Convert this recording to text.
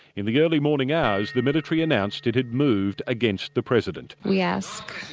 in the early morning hours, the military announced it had moved against the president. we ask